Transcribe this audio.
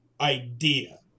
idea